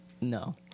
no